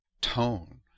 tone